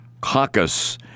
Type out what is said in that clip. caucus